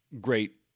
great